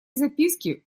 записке